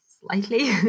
slightly